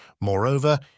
Moreover